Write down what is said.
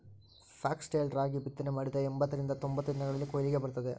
foxtail ರಾಗಿ ಬಿತ್ತನೆ ಮಾಡಿದ ಎಂಬತ್ತರಿಂದ ತೊಂಬತ್ತು ದಿನಗಳಲ್ಲಿ ಕೊಯ್ಲಿಗೆ ಬರುತ್ತದೆ